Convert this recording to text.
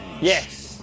yes